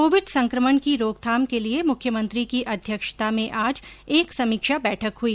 Covid संकमण की रोकथाम के लिये मुख्यमंत्री की अध्यक्षता में आज एक समीक्षा बैठक हुई